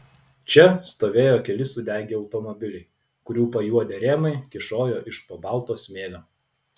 čia stovėjo keli sudegę automobiliai kurių pajuodę rėmai kyšojo iš po balto smėlio